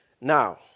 Now